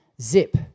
Zip